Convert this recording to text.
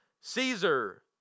Caesar